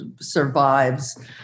survives